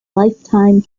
lifetime